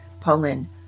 Pauline